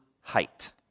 height